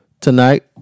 Tonight